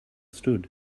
stood